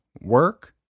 work